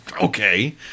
Okay